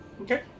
Okay